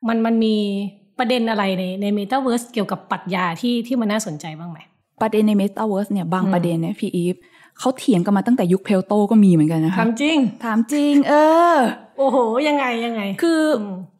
มัน- มันมีประเด็นอะไรใน- ใน metaverse เกี่ยวกับปรัชญาที่- ที่มันน่าสนใจบ้างไหม?ประเด็นใน metaverse เนี่ยบางประเด็นเนี่ยพี่อีฟเขาเถียงกันมาตั้งแต่ยุคเพลโตก็มีเหมือนกันนะคะถามจริงถามจริง เออโอ้โห ยังไงยังไง?คืออืม